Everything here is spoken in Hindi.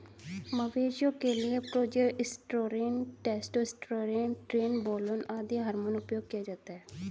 मवेशियों के लिए प्रोजेस्टेरोन, टेस्टोस्टेरोन, ट्रेनबोलोन आदि हार्मोन उपयोग किया जाता है